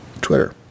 Twitter